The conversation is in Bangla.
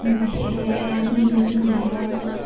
van engine van